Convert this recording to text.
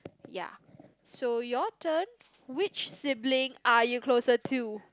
ya so your turn which sibling are you closer to